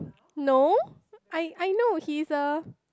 no I I know he's a